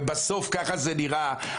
ובסוף כך זה נראה,